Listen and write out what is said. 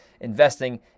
investing